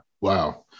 wow